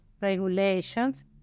regulations